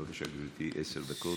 בבקשה, גברתי, עשר דקות.